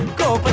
go, but